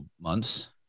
months